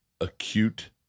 acute